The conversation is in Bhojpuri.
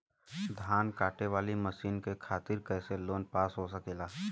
धान कांटेवाली मशीन के खातीर कैसे लोन पास हो सकेला?